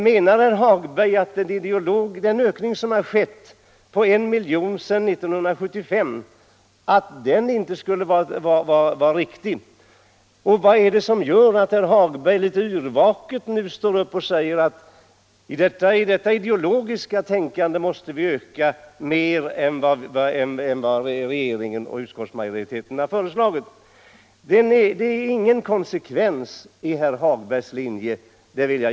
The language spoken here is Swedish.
Menar herr Hagberg att ökningen på 1 milj.kr. sedan 1975 inte är riktig? Vad är det som gör att herr Hagberg nu litet yrvaket står upp och säger att vi med detta ideologiska tänkande måste anslå mer än vad regeringen och utskottet har föreslagit? Det är ingen konsekvens i hans linje.